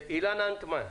אלן טנמן,